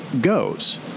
goes